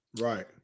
Right